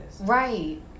Right